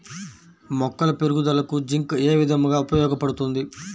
మొక్కల పెరుగుదలకు జింక్ ఏ విధముగా ఉపయోగపడుతుంది?